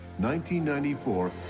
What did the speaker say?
1994